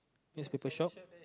newspaper shop